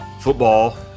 football